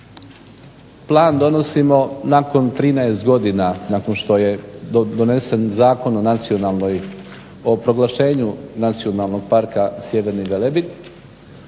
plan donosimo nakon 13 godina nakon što je donesen zakon o proglašenju Nacionalnog parka Sjeverni Velebit.